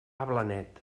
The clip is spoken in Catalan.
blanet